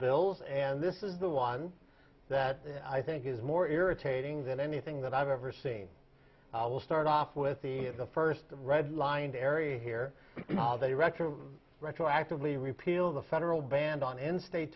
bills and this is the one that i think is more irritating than anything that i've ever seen i will start off with the the first red lined area here they reckon retroactively repeal the federal ban on in state